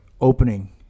opening